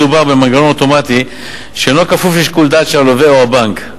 מדובר במנגנון אוטומטי שאינו כפוף לשיקול דעת של הלווה או הבנק.